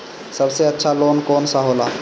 सबसे अच्छा लोन कौन सा होला?